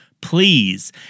please